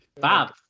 Bob